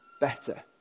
better